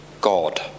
God